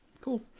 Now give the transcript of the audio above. cool